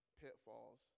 pitfalls